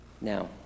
Now